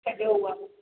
कॾे हूआ